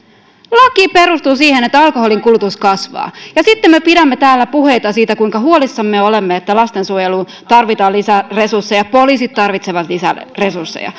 laki perustuu siihen että alkoholinkulutus kasvaa ja sitten me pidämme täällä puheita siitä kuinka huolissamme olemme että lastensuojeluun tarvitaan lisäresursseja ja poliisit tarvitsevat lisäresursseja